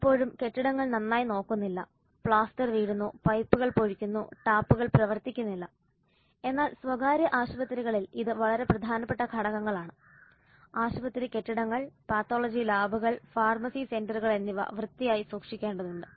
പലപ്പോഴും കെട്ടിടങ്ങൾ നന്നായി നോക്കുന്നില്ല പ്ലാസ്റ്റർ വീഴുന്നു പൈപ്പുകൾ പൊഴിക്കുന്നു ടാപ്പുകൾ പ്രവർത്തിക്കുന്നില്ല എന്നാൽ സ്വകാര്യ ആശുപത്രികളിൽ ഇത് വളരെ പ്രധാനപ്പെട്ട ഘടകങ്ങളാണ് ആശുപത്രി കെട്ടിടങ്ങൾ പാത്തോളജി ലാബുകൾ ഫാർമസി സെന്ററുകൾ എന്നിവ വൃത്തിയായി സൂക്ഷിക്കേണ്ടതുണ്ട്